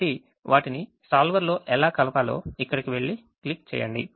కాబట్టి వాటిని solver లో ఎలా కలపాలో ఇక్కడికి వెళ్లి క్లిక్ చేయండి